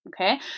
okay